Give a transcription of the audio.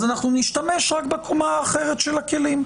אז אנחנו נשתמש רק בקומה האחרת של הכלים.